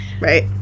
right